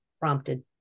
Prompted